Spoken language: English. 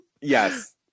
Yes